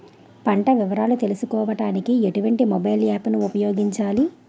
పంట వివరాలు తెలుసుకోడానికి ఎటువంటి మొబైల్ యాప్ ను ఉపయోగించాలి?